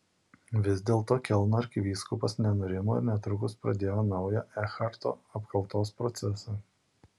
vis dėlto kelno arkivyskupas nenurimo ir netrukus pradėjo naują ekharto apkaltos procesą